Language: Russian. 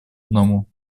одному